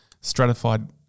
Stratified